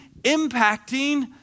impacting